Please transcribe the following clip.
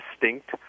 distinct